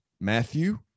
Matthew